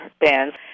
bands